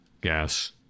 Gas